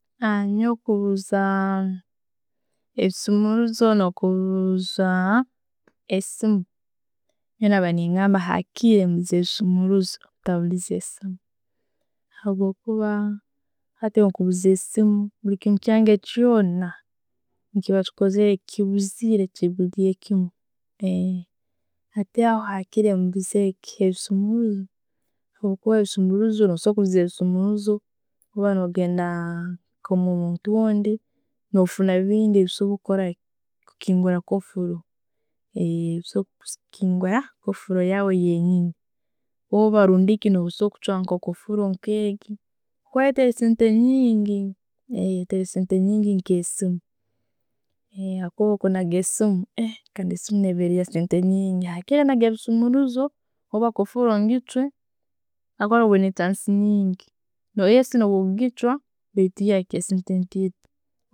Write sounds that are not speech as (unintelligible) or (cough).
(hesitation) Ninyowe kubuza ebisumulizo no kubuza esiimu, nyowe mbaire nengamba hakiri mbuza ebisumurizo ntabulize esiimu habwokuba hati bwo kubuza esiimu, bulikimu ekyange kyona, nechiba chikozereki, kibuziire kimu. Hati aho, akiri mbuza ebisumurizo. Habwokuba, no sobora kubuza ebisimuruzo, no genda wo muntu ondi kukingura kofulo, ne bisobora kukingura kofulo yaawe yenyiini rundi ki no sobora kuchwa kofulo nkegyo ezitali sente nyingi nka esiimu habwokuba hati kunaga esimu, (hesitation) sente ziri nyingi, esiimu neba yasente nyingi hakiri naga ebisumuluzo orba kofulo nkichwe (unintelligible) no we kichwa,